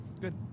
Good